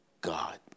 God